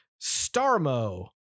starmo